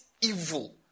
evil